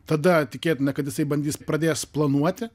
tada tikėtina kad jisai bandys pradės planuoti